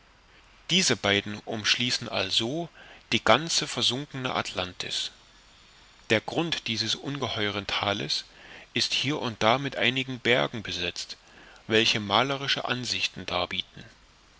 diese beiden umschließen also die ganze versunkene atlantis der grund dieses ungeheuren thales ist hier und da mit einigen bergen besetzt welche malerische ansichten darbieten